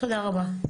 תודה רבה.